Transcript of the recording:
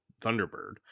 thunderbird